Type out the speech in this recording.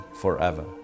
forever